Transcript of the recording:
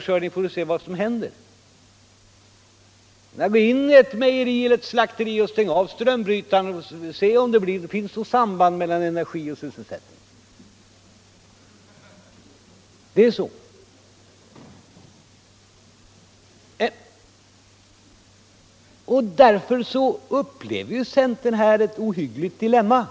så får vi se vad som händer! Eller gå in i ett mejeri eller ett slakteri och stäng av strömbrytaren, så skall ni se om det finns något samband mellan energi och sysselsättning eller inte! Nej, centern upplever här ett ohyggligt dilemma.